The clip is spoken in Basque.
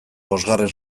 bosgarren